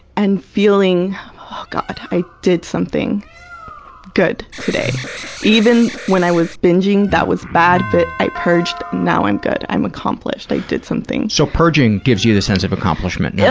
and feeling, oh god, i did something good today even when i was binging, that was bad, but i purged. now i'm good. i'm accomplished. i did something. so purging gives you the sense of accomplishment, yeah